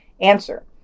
Answer